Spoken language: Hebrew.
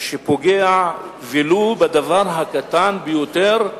שפוגע, ולו בדבר הקטן ביותר,